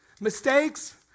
mistakes